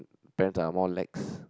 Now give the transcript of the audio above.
parents are more lax